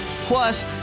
Plus